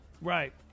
Right